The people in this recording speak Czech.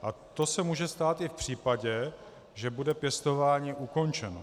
A to se může stát i v případě, že bude pěstování ukončeno.